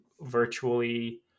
virtually